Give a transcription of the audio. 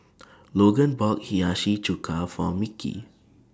Logan bought Hiyashi Chuka For Mickie